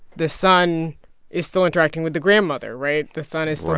the son is still interacting with the grandmother, right? the son is still